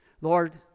Lord